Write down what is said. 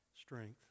strength